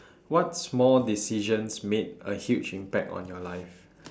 what small decisions made a huge impact on your life